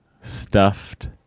Stuffed